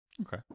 okay